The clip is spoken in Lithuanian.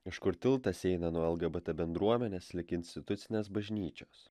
iš kur tiltas eina nuo lgbt bendruomenės lig institucinės bažnyčios